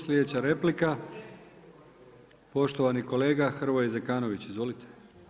Slijedeća replika poštovani kolega Hrvoje Zekanović, izvolite.